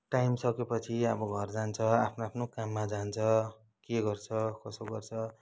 time सकिएपछि अब घर जान्छ आफ्नो आफ्नो काममा जान्छ के गर्छ कसो गर्छ